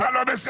מה לא בסדר?